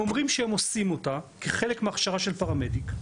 הם אומרים שהם עושים אותה כחלק מההכשרה של פרמדיק,